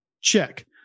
check